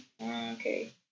Okay